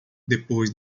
depois